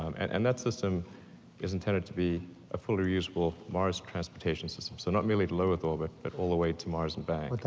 um and and that system is intended to be a fully reusable mars transportation system, so not merely to lower earth orbit, but all the way to mars and back,